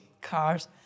cars